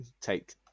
take